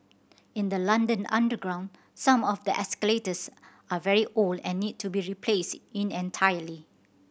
in the London underground some of the escalators are very old and need to be replaced in entirety